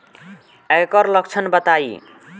ऐकर लक्षण बताई?